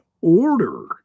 order